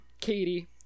Katie